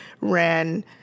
ran